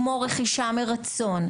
כמו רכישה מרצון,